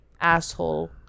asshole